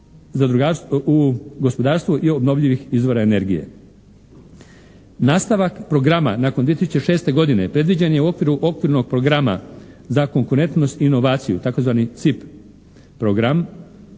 u gospodarstvu i obnovljivih izvora energije. Nastavak programa nakon 2006. godine predviđen je u okviru Okvirnog programa za konkurentnost i inovaciju tzv. SIP program